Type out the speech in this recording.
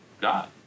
God